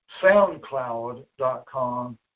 soundcloud.com